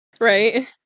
Right